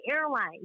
airlines